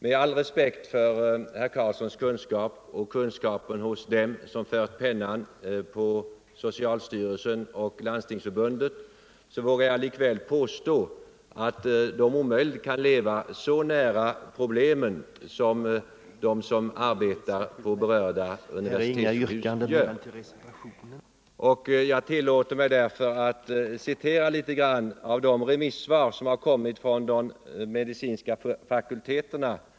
Med all respekt för herr Karlssons kunskaper och för kunskaperna hos dem som fört pennan på socialstyrelsen och Landstingsförbundet vågar jag ändå påstå att de omöjligen kan leva så nära problemen som de människor som arbetar på berörda universitetssjukhus. Jag tillåter mig därför att citera litet ur de remissvar som inkommit från de medicinska fakulteterna.